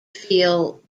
feel